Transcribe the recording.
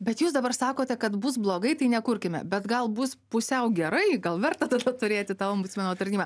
bet jūs dabar sakote kad bus blogai tai nekurkime bet gal bus pusiau gerai gal verta taip pat turėti tą ombudsmeno tarnyba